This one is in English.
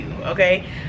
Okay